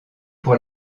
pour